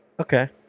Okay